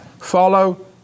Follow